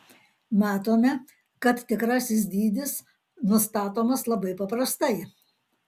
matome kad tikrasis dydis nustatomas labai paprastai